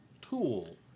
tool